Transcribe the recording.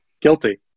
guilty